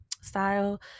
style